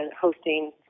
hosting